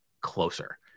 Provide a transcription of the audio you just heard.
closer